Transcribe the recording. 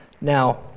Now